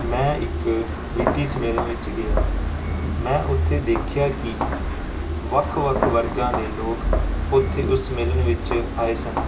ਮੈਂ ਇੱਕ ਵਿੱਤੀ ਸੰਮੇਲਨ ਵਿੱਚ ਗਿਆ ਮੈਂ ਉੱਥੇ ਦੇਖਿਆ ਕਿ ਵੱਖ ਵੱਖ ਵਰਗਾਂ ਦੇ ਲੋਕ ਓਥੇ ਉਸ ਸੰਮੇਲਨ ਵਿੱਚ ਆਏ ਸਨ